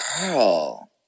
Girl